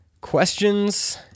Questions